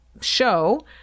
show